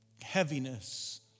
heaviness